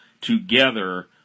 together